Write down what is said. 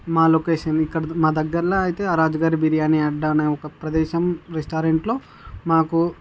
మా లొకేషన్ ఇక్కడ మాదగ్గరలో అయితే రాజుగారి బిర్యానీ అడ్డా అనే ఒక ప్రదేశం రెస్టారెంట్లో మాకు